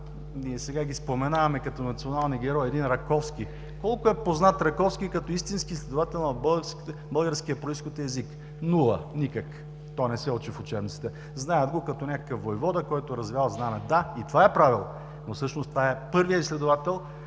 ние ги споменаваме като национални герои, един Раковски, колко е познат Раковски като истински изследовател на българския произход и език? Нула, никак. То не се учи в учебниците. Знаят го като някакъв воевода, който развял знаме. Да, и това е правил, но всъщност това е първият изследовател,